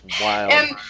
wild